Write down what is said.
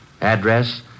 Address